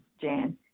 Jan